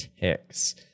ticks